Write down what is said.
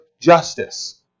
justice